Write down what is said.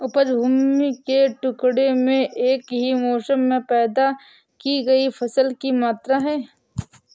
उपज भूमि के टुकड़े में एक ही मौसम में पैदा की गई फसल की मात्रा है